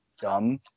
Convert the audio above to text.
dumb